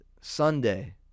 Sunday